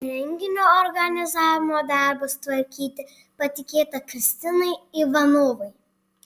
renginio organizavimo darbus tvarkyti patikėta kristinai ivanovai